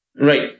Right